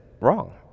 wrong